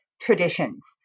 traditions